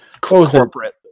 Corporate